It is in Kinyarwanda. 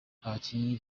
abakinnyi